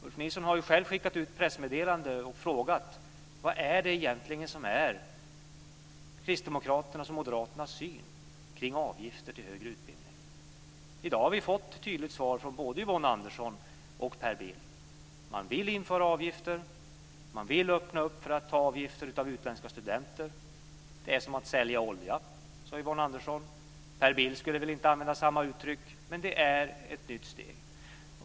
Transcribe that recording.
Ulf Nilsson har själv skickat ut ett pressmeddelande och frågat: Vilken är egentligen moderaternas och kristdemokraternas syn på avgifter för högre utbildning? I dag har vi fått ett tydligt svar från både Yvonne Andersson och Per Bill. De vill införa avgifter för utländska studenter. Det är som att sälja olja, sade Yvonne Andersson. Per Bill skulle väl inte använda samma uttryck, men det är ett nytt steg.